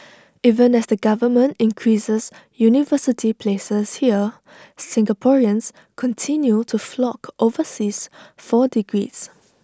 even as the government increases university places here Singaporeans continue to flock overseas for degrees